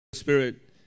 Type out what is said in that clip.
spirit